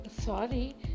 sorry